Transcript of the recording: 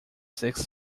six